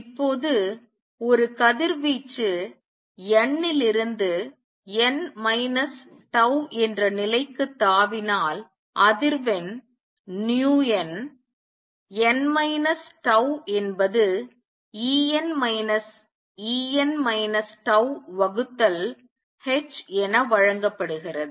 இப்போது ஒரு கதிர்வீச்சு nலிருந்து n மைனஸ் tau என்ற நிலைக்கு தாவினால் அதிர்வெண் nu n n மைனஸ் tau என்பது E n மைனஸ் E n மைனஸ் tau வகுத்தல் h என வழங்கப்படுகிறது